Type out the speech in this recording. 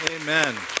Amen